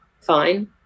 Fine